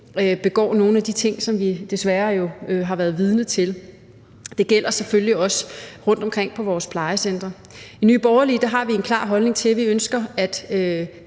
begår nogen af de ting, som vi desværre har været vidne til. Det gælder selvfølgelig også rundtomkring på vores plejecentre. I Nye Borgerlige har vi en klar holdning til det. Vi ønsker, at